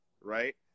right